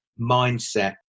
mindset